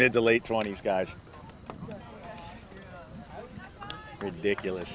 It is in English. mid to late twenty's guys ridiculous